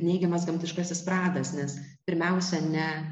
neigiamas gamtiškasis pradas nes pirmiausia ne